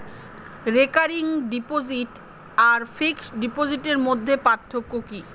Recurring deposit আর fixed ডিপোজিটের মধ্যে পার্থক্য কি?